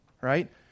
right